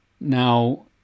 Now